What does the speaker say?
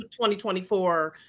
2024